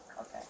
Okay